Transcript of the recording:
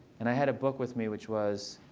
and i had a book with me, which was